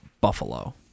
Buffalo